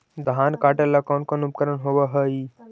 धान काटेला कौन कौन उपकरण होव हइ?